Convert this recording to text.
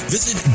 Visit